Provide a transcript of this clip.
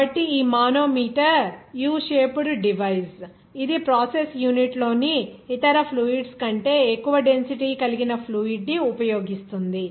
కాబట్టి ఈ manometer U shaped device ఇది ప్రాసెస్ యూనిట్లోని ఇతర ఫ్లూయిడ్స్ కంటే ఎక్కువ డెన్సిటీ కలిగిన ఫ్లూయిడ్ ని ఉపయోగిస్తుంది